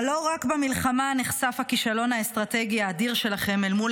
אבל לא רק במלחמה נחשף הכישלון האסטרטגי האדיר שלכם אל מול